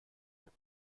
der